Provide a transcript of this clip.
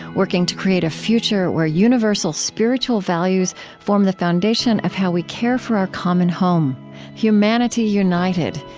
working to create a future where universal spiritual values form the foundation of how we care for our common home humanity united,